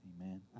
Amen